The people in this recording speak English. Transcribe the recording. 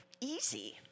easy